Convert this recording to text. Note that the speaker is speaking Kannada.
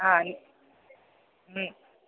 ಹಾಂ ಹ್ಞೂ